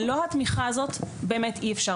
ללא התמיכה הזאת באמת אי אפשר.